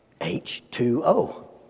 H2O